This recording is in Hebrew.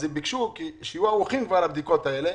אז ביקשו שיהיה ערוכים לבדיקות האלה.